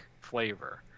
flavor